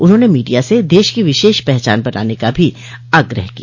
उन्होंने मीडिया से देश की विशेष पहचान बनाने का भी आग्रह किया